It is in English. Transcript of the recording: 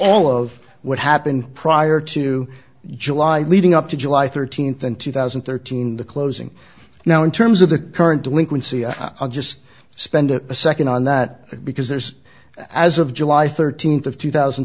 all of what happened prior to july leading up to july thirteenth and two thousand and thirteen the closing now in terms of the current delinquency i'll just spend a second on that because there's as of july thirteenth of two thousand